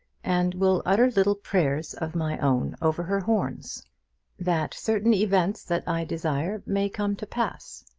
and will utter little prayers of my own over her horns that certain events that i desire may come to pass.